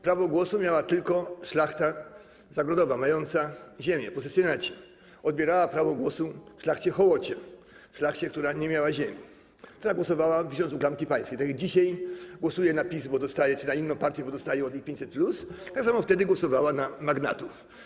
Prawo głosu miała tylko szlachta zagrodowa, mająca ziemię, posesjonaci, odbierała prawo głosu szlachcie hołocie, szlachcie, która nie miała ziemi, która głosowała, wisząc u klamki pańskiej, tak jak dzisiaj głosuje na PiS czy na inną partię, bo dostaje od nich 500+, tak samo wtedy głosowała na magnatów.